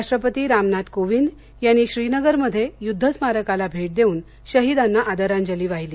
राष्ट्रपती रामनाथ कोविंद यांनी श्रीनगरमध्ये युद्ध स्मारकाला भेट देऊन शहिदांना आदरांजली वाहिली